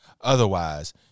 Otherwise